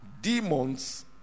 Demons